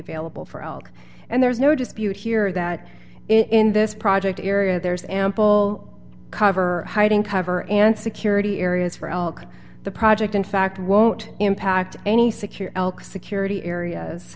available for all and there's no dispute here that in this project area there is ample cover hiding cover and security areas for all the project in fact won't impact any secure security areas